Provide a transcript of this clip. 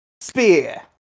spear